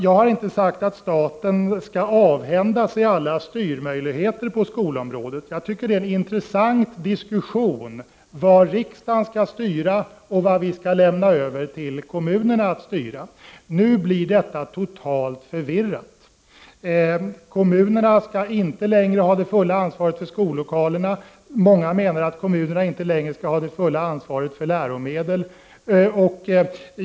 Jag har inte sagt att staten skall avhända sig alla styrmöjligheter på skolområdet. Det är en intressant fråga vad riksdagen skall styra och vad vi skall lämna över till kommunerna att styra. Nu blir det emellertid en total förvirring. Kommunerna skall inte längre ha det fulla ansvaret för skollokalerna. Många menar att kommunerna inte längre skall ha det fulla ansvaret för läromedlen.